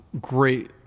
great